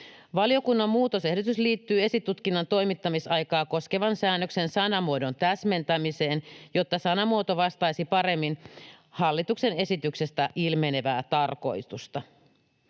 Valiokunnan muutosehdotus liittyy esitutkinnan toimittamisaikaa koskevan säännöksen sanamuodon täsmentämiseen, jotta sanamuoto vastaisi paremmin hallituksen esityksestä ilmenevää tarkoitusta.